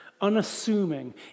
unassuming